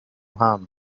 harm